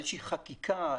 איזושהי חקיקה,